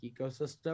ecosystem